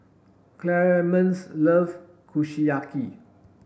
Clemence love Kushiyaki